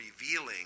revealing